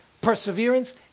perseverance